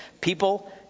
People